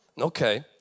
Okay